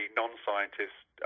non-scientists